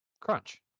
Crunch